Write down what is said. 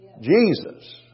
Jesus